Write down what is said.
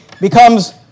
becomes